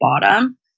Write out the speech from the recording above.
bottom